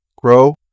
grow